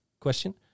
question